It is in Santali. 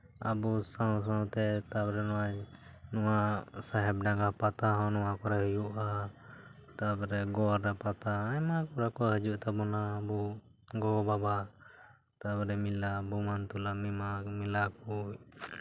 ᱟᱵᱚ ᱥᱟᱶ ᱥᱟᱶᱛᱮ ᱛᱟᱨᱯᱚᱨᱮ ᱱᱚᱣᱟ ᱥᱟᱦᱮᱵᱽᱰᱟᱸᱜᱟ ᱯᱟᱛᱟ ᱦᱚᱸ ᱱᱚᱣᱟ ᱠᱚᱨᱮᱜ ᱦᱩᱭᱩᱜᱼᱟ ᱛᱟᱨᱯᱚᱨᱮ ᱜᱚᱨᱟ ᱯᱟᱛᱟ ᱟᱭᱢᱟ ᱯᱟᱛᱟ ᱠᱚ ᱦᱩᱭᱩᱜ ᱛᱟᱵᱚᱱᱟ ᱟᱵᱚ ᱜᱚᱼᱵᱟᱵᱟ ᱛᱟᱨᱯᱚᱨᱮ ᱢᱮᱞᱟ ᱵᱳᱢᱟᱱ ᱛᱚᱞᱟ ᱢᱟᱜᱽ ᱢᱮᱞᱟ ᱠᱚ